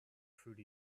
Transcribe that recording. through